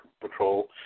Patrol